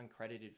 uncredited